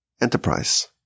enterprise